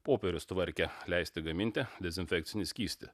popierius tvarkė leisti gaminti dezinfekcinį skystį